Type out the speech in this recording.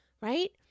right